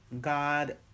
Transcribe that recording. God